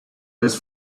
just